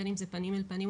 בין אם זה פנים אל פנים,